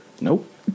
Nope